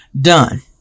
done